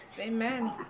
Amen